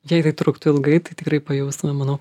jei tai truktų ilgai tai tikrai pajaustume manau